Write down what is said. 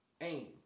AIM